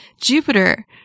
Jupiter